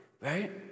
right